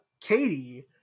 Katie